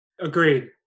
Agreed